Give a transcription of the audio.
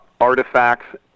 artifacts